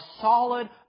solid